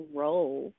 role